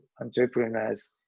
entrepreneurs